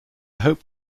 hope